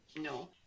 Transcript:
no